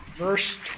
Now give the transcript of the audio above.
verse